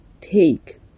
take